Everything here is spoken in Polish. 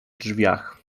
drzwiach